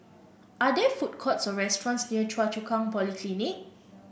are there food courts or restaurants near Choa Chu Kang Polyclinic